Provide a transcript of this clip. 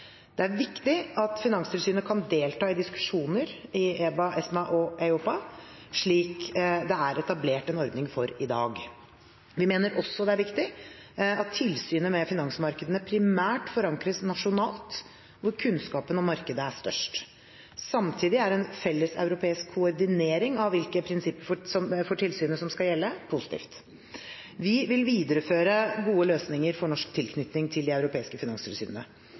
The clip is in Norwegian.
Det er viktig at Finanstilsynet kan delta i diskusjoner i EBA, ESMA og EIOPA, slik det er etablert en ordning for i dag. Vi mener også det er viktig at tilsynet med finansmarkedene primært forankres nasjonalt, hvor kunnskapen om markedet er størst. Samtidig er en felles europeisk koordinering av hvilke prinsipper for tilsynet som skal gjelde, positivt. Vi vil videreføre gode løsninger for norsk tilknytning til de europeiske